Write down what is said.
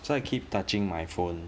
so I keep touching my phone